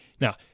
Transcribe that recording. Now